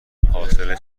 فاصله